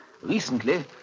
Recently